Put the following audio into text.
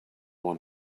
want